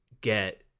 get